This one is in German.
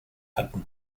hatten